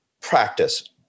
practice